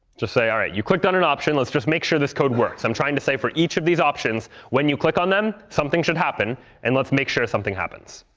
just say, all right, you clicked on an option, let's just make sure this code works. i'm trying to say, for each of these options, when you click on them, something should happen and let's make sure something happens.